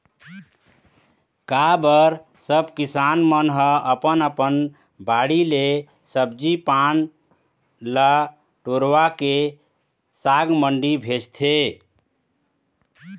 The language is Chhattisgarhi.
का बर सब किसान मन ह अपन अपन बाड़ी ले सब्जी पान ल टोरवाके साग मंडी भेजथे